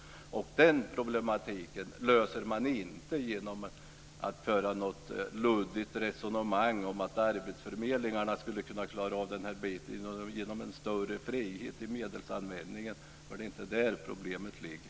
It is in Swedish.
Den problematiken löser man inte genom ett luddigt resonemang om att arbetsförmedlingarna skulle kunna klara uppgiften med en större frihet i medelsanvändningen. Det är inte där som problemet ligger.